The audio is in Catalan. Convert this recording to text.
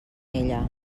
ella